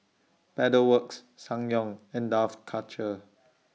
Pedal Works Ssangyong and Dough Culture